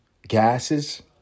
Gases